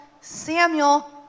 Samuel